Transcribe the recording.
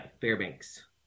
Fairbanks